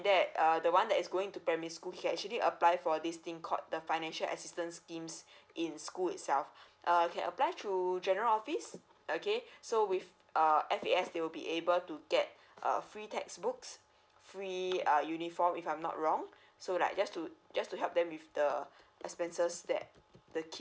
that err the one that is going to primary school can actually apply for this thing called the financial assistance schemes in school itself err can apply through general office okay so with err F_A_S they as they will be able to get err free textbooks free err uniform if I'm not wrong so like just to just to help them with the expenses that the kid